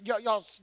Y'all